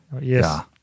Yes